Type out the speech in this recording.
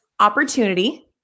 opportunity